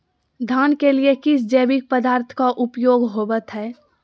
धान के लिए किस जैविक पदार्थ का उपयोग होवत है?